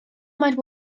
might